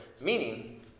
Meaning